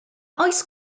oes